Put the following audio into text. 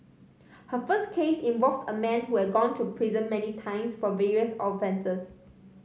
her first case involved a man who had gone to prison many times for various offences